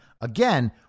Again